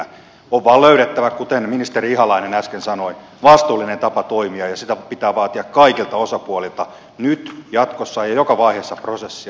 on vain löydettävä kuten ministeri ihalainen äsken sanoi vastuullinen tapa toimia ja sitä pitää vaatia kaikilta osapuolilta nyt jatkossa ja joka vaiheessa prosessia